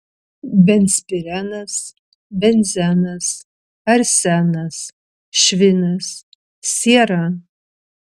benzpirenas benzenas arsenas švinas siera